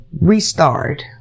restart